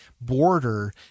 border